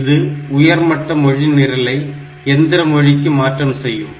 இது உயர்மட்ட மொழி நிரலை எந்திர மொழிக்கு மாற்றம் செய்யும்